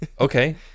okay